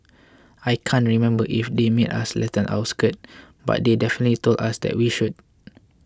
I can't remember if they made us lengthen our skirt but they definitely told us that we should